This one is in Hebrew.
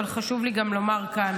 אבל חשוב לי לומר גם כאן.